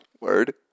Word